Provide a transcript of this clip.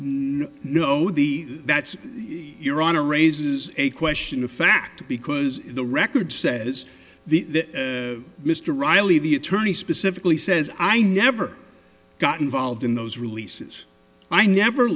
same no the that's your honor raises a question of fact because the record says the mr reilly the attorney specifically says i never got involved in those releases i never